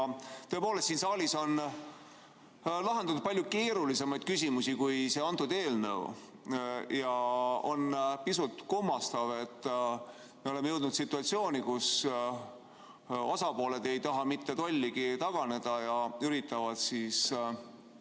Tõepoolest, siin saalis on lahendatud palju keerulisemaid küsimusi kui see eelnõu. On pisut kummastav, et me oleme jõudnud situatsiooni, kus osapooled ei taha mitte tolligi taganeda ja üritavad väga